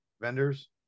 vendors